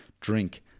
drink